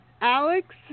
Alex